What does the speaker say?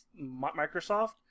Microsoft